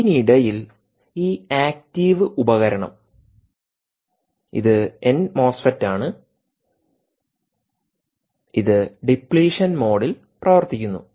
അതിനിടയിൽ ഈ ആക്ടീവ് ഉപകരണം ഇത് എൻ മോസ്ഫെറ്റാണ് ഇത് ഡിപ്ലിഷൻ മോഡിൽ പ്രവർത്തിക്കുന്നു